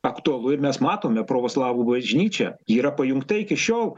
aktualu ir mes matome provoslavų bažnyčią ji yra pajungta iki šiol